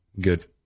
good